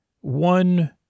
One